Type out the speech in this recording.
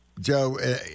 Joe